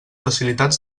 facilitats